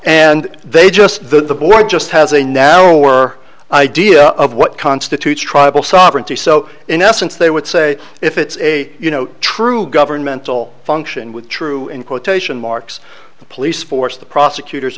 and they just the board just has a narrow were idea of what constitutes tribal sovereignty so in essence they would say if it's a you know true governmental function with true in quotation marks the police force the prosecutor